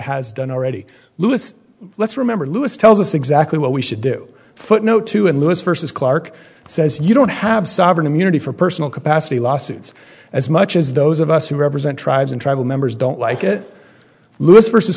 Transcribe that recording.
has done already lewis let's remember lewis tells us exactly what we should do footnote two and lewis versus clarke says you don't have sovereign immunity for personal capacity lawsuits as much as those of us who represent tribes and tribal members don't like it louis versus